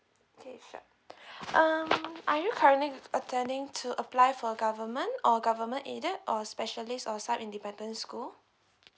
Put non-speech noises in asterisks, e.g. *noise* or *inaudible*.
okay sure *breath* um are you currently attending to apply for government or government aided or specialist or S_A_P independent school